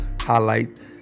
highlight